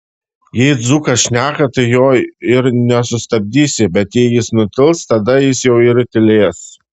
jei dzūkas šneka tai jo ir nesustabdysi bet jei jis nutils tada jis jau ir tylės